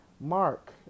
Mark